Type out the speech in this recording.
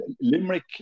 Limerick